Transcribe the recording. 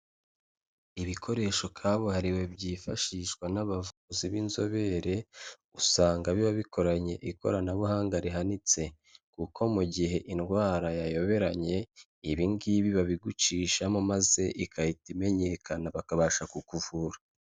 Ibikoresho kabuhariwe byifashishwa n'abavuzi b'inzobere, usanga biba bikoranye ikoranabuhanga rihanitse, kuko mu gihe indwara yayoberanye, ibi ngibi babigucishamo maze igahita imenyekana bakabasha kukuvura.